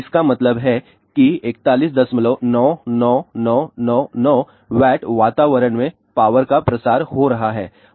इसका मतलब है कि 4199999 W वातावरण में पावर का प्रसार हो रहा है